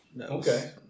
Okay